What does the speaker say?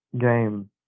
game